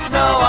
no